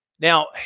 Now